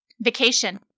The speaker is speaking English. Vacation